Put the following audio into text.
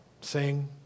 sing